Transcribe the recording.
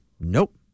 Nope